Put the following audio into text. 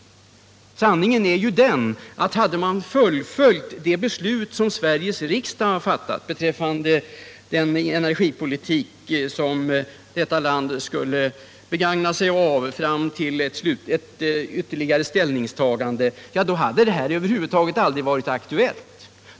Sanningen är ju den att om man hade fullföljt det beslut som Sveriges riksdag fattat beträffande den energipolitik som vårt land skulle driva fram till ett ytterligare ställningstagande, hade det här problemet aldrig blivit aktuellt.